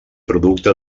producte